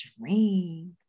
dream